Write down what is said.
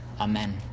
Amen